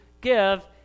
give